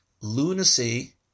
lunacy